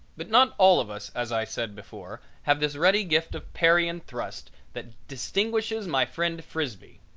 but not all of us, as i said before, have this ready gift of parry and thrust that distinguishes my friend frisbee.